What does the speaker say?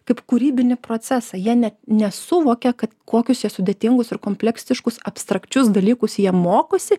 kaip kūrybinį procesą jie net nesuvokia kad kokius sudėtingus ir kompleksiškus abstrakčius dalykus jie mokosi